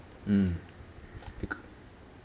mm because